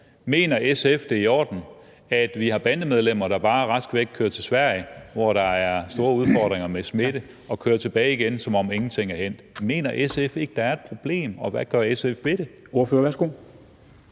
Mener SF, at det er i orden, at vi har bandemedlemmer, der rask væk kører til Sverige, hvor der er store udfordringer med smitte, og kører tilbage igen, som om ingenting er hændt? Mener SF ikke, der er et problem, og hvad vil SF gøre ved det? Kl.